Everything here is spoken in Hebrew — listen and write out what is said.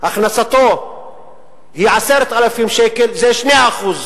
הכנסתו היא 10,000 שקל זה 2%,